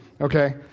Okay